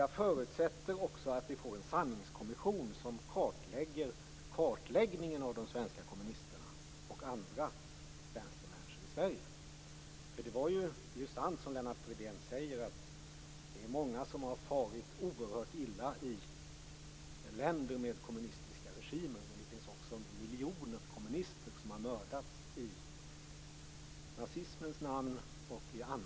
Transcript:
Jag förutsätter att vi får en sanningskommission som kartlägger kartläggningen av de svenska kommunisterna och andra vänstermänniskor i Sverige, för det är ju sant som Lennart Fridén säger, att det är många som har farit oerhört illa i länder med kommunistiska regimer. Men det finns också miljoner kommunister som har mördats i nazismens och andra regimers namn.